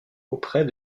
auprès